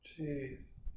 Jeez